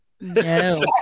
No